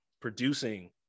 producing